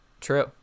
true